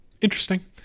Interesting